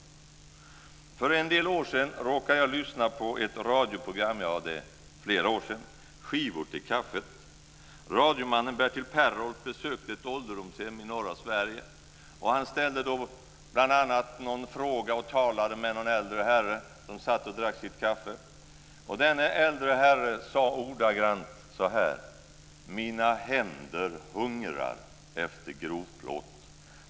För flera år sedan råkade jag lyssna på ett radioprogram, Skivor till kaffet. Radiomannen Bertil Perrolf besökte ett ålderdomshem i norra Sverige. Han ställde då någon fråga och talade med en äldre herre som satt och drack sitt kaffe. Denne äldre herre sade ordagrant så här: Mina händer hungrar efter grovplåt.